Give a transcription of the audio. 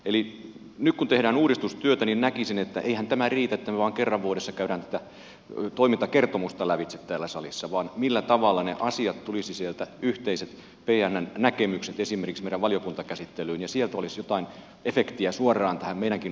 eli nyt kun tehdään uudistustyötä niin näkisin että eihän tämä riitä että me vain kerran vuodessa käymme tätä toimintakertomusta lävitse täällä salissa vaan pitäisi pohtia millä tavalla ne asiat yhteiset pnn näkemykset esimerkiksi tulisivat sieltä meidän valiokuntakäsittelyyn niin että sieltä olisi jotain efektiä suoraan tähän meidän omaankin lainsäädäntöön